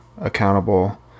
accountable